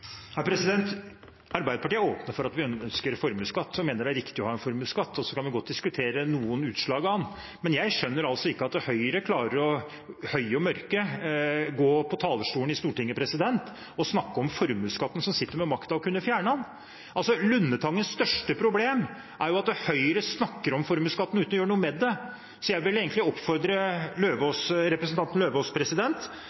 Arbeiderpartiet er åpne om at vi ønsker formuesskatt og mener det er riktig å ha en formuesskatt, og så kan vi godt diskutere noen utslag av den. Men jeg skjønner altså ikke at Høyre klarer – høye og mørke – å gå på talerstolen i Stortinget og snakke om formuesskatten, når de sitter med makten og kunne fjernet den. Lundetangens største problem er at Høyre snakker om formuesskatten uten å gjøre noe med det. Jeg vil egentlig oppfordre